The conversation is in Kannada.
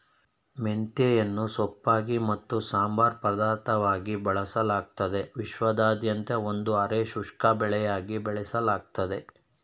ಮೆಂತೆಯನ್ನು ಸೊಪ್ಪಾಗಿ ಮತ್ತು ಸಂಬಾರ ಪದಾರ್ಥವಾಗಿ ಬಳಸಲಾಗ್ತದೆ ವಿಶ್ವಾದ್ಯಂತ ಒಂದು ಅರೆ ಶುಷ್ಕ ಬೆಳೆಯಾಗಿ ಬೆಳೆಸಲಾಗ್ತದೆ